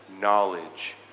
knowledge